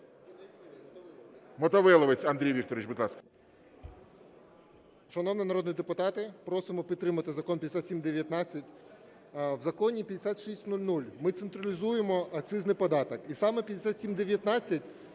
Мотовиловець Андрій Вікторович, будь ласка.